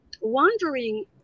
wondering